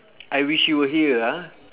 I wish you were here ah